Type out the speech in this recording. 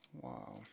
Wow